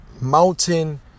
Mountain